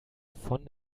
von